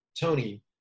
Tony